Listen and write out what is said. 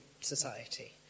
society